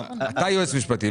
אתה יועץ משפטי,